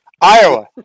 iowa